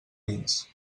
dins